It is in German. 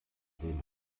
sehen